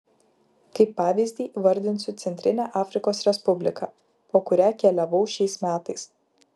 kaip pavyzdį įvardinsiu centrinę afrikos respubliką po kurią keliavau šiais metais